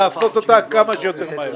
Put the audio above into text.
לעשות אותה כמה שיותר מהר.